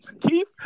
Keith